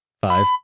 five